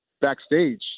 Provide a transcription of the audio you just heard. backstage